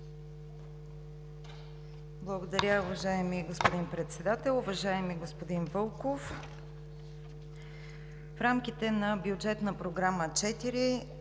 Благодаря, уважаеми господин Председател. Уважаеми господин Вълков, в рамките на Бюджетна програма 4: